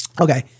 Okay